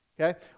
Okay